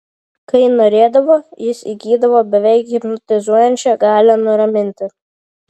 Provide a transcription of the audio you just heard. kai norėdavo jis įgydavo beveik hipnotizuojančią galią nuraminti